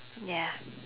ya